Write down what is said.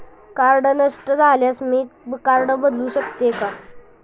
Card नष्ट झाल्यास मी कार्ड बदलू शकते का?